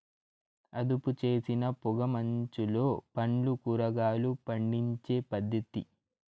అదుపుచేసిన పొగ మంచులో పండ్లు, కూరగాయలు పండించే పద్ధతి